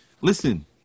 Listen